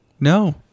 No